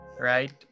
Right